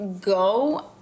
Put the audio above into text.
go